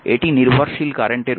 এটি নির্ভরশীল কারেন্টের উৎস